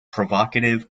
provocative